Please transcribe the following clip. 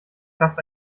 klafft